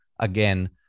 again